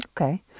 Okay